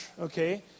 okay